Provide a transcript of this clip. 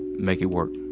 make it work.